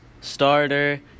starter